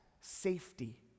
safety